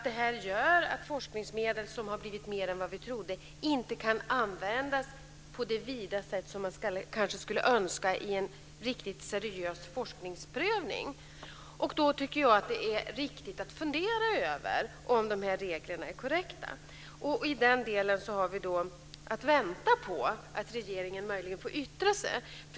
Det gör att forskningsmedel som har blivit större än vad vi trodde inte kan användas på det vida sätt som man kanske skulle önska vid en riktigt seriös forskningsprövning. Då tycker jag att det är riktigt att fundera över om dessa regler är korrekta. I den delen har vi då att vänta på att regeringen möjligen får yttra sig.